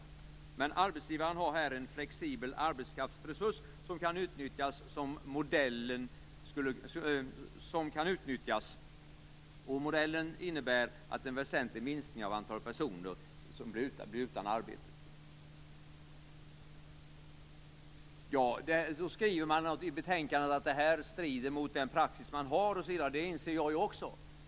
Men arbetsgivaren har här en flexibel arbetskraftsresurs som kan utnyttjas. Modellen innebär en väsentlig minskning av antalet personer som blir utan arbete. I betänkandet skriver man att detta strider mot den praxis som finns. Det inser också jag.